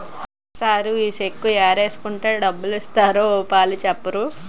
sir ఈ check ఏడేసుకుంటే డబ్బులిత్తారో ఓ పాలి సెప్పరూ